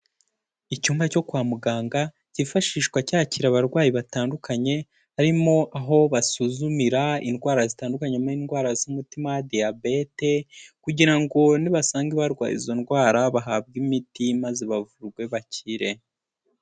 Icyumba cyo kwa muganga cyifashishwa cyakira abarwayi batandukanye harimo aho basuzumira indwara zitandukanye n' indwara z'umutima diyabete kugira nibasanga barwaye izo ndwara bahabwa imiti maze bavurwe bakire.